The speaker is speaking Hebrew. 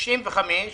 580650158